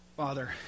Father